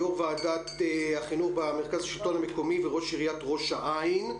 יו"ר ועדת החינוך במרכז השלטון המקומי וראש עיריית ראש העין.